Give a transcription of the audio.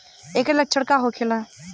ऐकर लक्षण का होखेला?